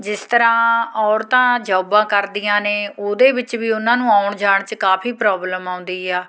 ਜਿਸ ਤਰ੍ਹਾਂ ਔਰਤਾਂ ਜੋਬਾਂ ਕਰਦੀਆਂ ਨੇ ਉਹਦੇ ਵਿੱਚ ਵੀ ਉਹਨਾਂ ਨੂੰ ਆਉਣ ਜਾਣ 'ਚ ਕਾਫੀ ਪ੍ਰੋਬਲਮ ਆਉਂਦੀ ਆ